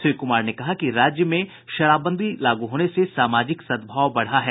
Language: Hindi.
श्री कुमार ने कहा कि राज्य में शराबबंदी लागू होने से सामाजिक सद्भाव बढ़ा है